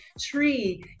tree